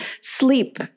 sleep